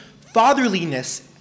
fatherliness